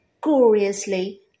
gloriously